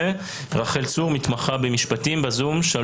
רחל צור, מתמחה במשפטים, נמצאת איתנו בזום.